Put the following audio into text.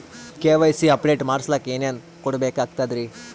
KYC update ಮಾಡಸ್ಲಕ ಏನೇನ ಕೊಡಬೇಕಾಗ್ತದ್ರಿ?